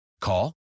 Call